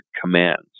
commands